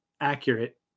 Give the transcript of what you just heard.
accurate